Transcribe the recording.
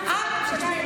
בממשלה הקודמת?